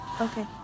Okay